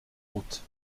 route